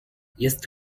jest